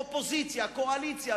אופוזיציה וקואליציה,